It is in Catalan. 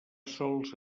sols